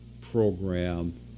program